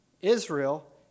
Israel